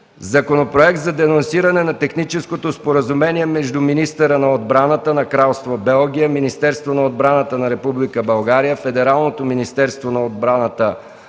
Законопроект за денонсиране на Техническото споразумение между министъра на отбраната на Кралство Белгия, Министерството на отбраната на Република България, Федералното министерство на отбраната на Федерална